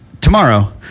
Tomorrow